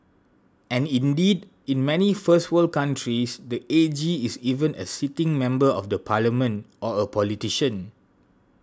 and indeed in many first world countries the A G is even a sitting member of the parliament or a politician